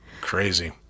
Crazy